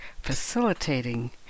facilitating